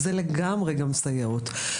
זה לגמרי גם סייעות.